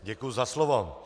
Děkuji za slovo.